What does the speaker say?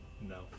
no